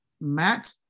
Matt